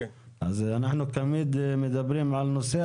אז אנחנו תמיד מדברים על הנושא,